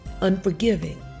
unforgiving